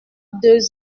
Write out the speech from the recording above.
deux